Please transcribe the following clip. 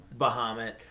Bahamut